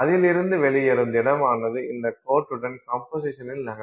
அதிலிருந்து வெளியேறும் திடமானது இந்த கோட்டுடன் கம்போசிஷனில் நகரும்